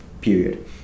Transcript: Period